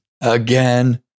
Again